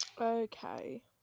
Okay